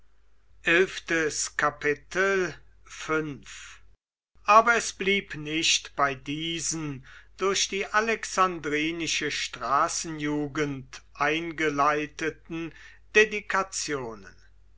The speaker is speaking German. aber es blieb nicht bei diesen durch die alexandrinische straßenjugend eingeleiteten